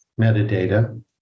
metadata